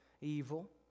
evil